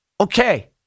okay